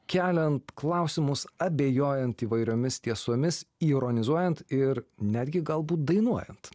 keliant klausimus abejojant įvairiomis tiesomis ironizuojant ir netgi galbūt dainuojant